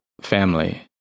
family